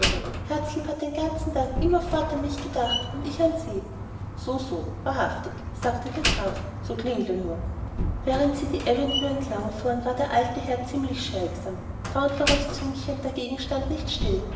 herzlieb hat den ganzen tag immerfort an mich gedacht und ich an sie so so wahrhaftig sagte der graf so klingle nur während sie die avenue entlang fuhren war der alte herr ziemlich schweigsam fauntleroys züngchen dagegen stand nicht still